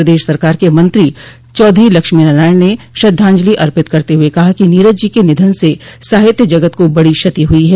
प्रदेश सरकार के मंत्री चौधरी लक्ष्मी नारायण ने श्रद्धाजंलि अर्पित करते हुए कहा कि नीरज जी के निधन से साहित्य जगत को बड़ी क्षति हुई है